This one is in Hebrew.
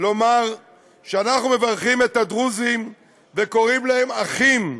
לומר שאנחנו מברכים את הדרוזים וקוראים להם "אחים",